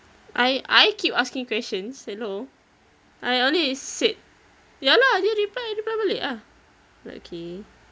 I I keep asking questions hello I only said ya lah dia reply abeh I reply balik ah like okay